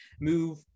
move